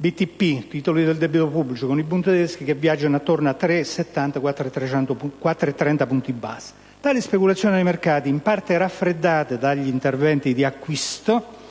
i titoli del debito pubblico italiani e i *Bund* tedeschi che viaggia tra i 370 e i 430 punti base. Tale speculazione dei mercati, in parte raffreddata dagli interventi di acquisto dei BTP,